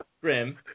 Grim